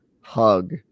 hug